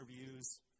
interviews